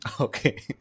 Okay